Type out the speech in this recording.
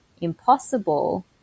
impossible